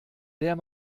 der